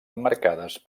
emmarcades